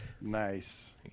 Nice